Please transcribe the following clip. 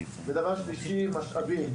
ודבר שלישי משאבים,